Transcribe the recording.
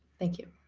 thank you.